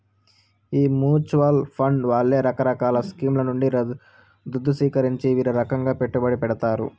ఈ mutual fund వాళ్లే రకరకాల స్కీంల నుండి దుద్దు సీకరించి వీరే రకంగా పెట్టుబడి పెడతారు